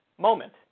moment